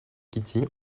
kitty